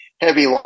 heavy